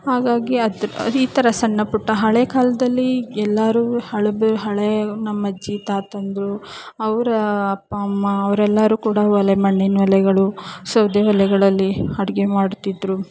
ಹಾಗಾಗಿ ಅದು ಈ ಥರ ಸಣ್ಣ ಪುಟ್ಟ ಹಳೆ ಕಾಲದಲ್ಲಿ ಎಲ್ಲರೂ ಹಳೆ ಬ್ ಹಳೆ ನಮ್ಮ ಅಜ್ಜಿ ತಾತಂದಿರು ಅವರ ಅಪ್ಪ ಅಮ್ಮ ಅವರೆಲ್ಲರೂ ಕೂಡ ಒಲೆ ಮಣ್ಣಿನ ಒಲೆಗಳು ಸೌದೆ ಒಲೆಗಳಲ್ಲಿ ಅಡ್ಗೆ ಮಾಡ್ತಿದ್ದರು